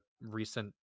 recent